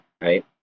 right